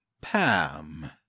Pam